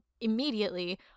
immediately